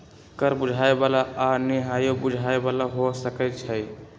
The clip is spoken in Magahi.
कर बुझाय बला आऽ नहियो बुझाय बला हो सकै छइ